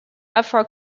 afro